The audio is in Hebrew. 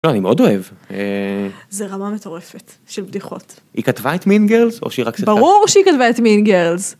אני מאוד אוהב. זה רמה מטורפת של בדיחות. היא כתבה את מינגלס או שהיא רק... ברור שהיא כתבה את מינגלס.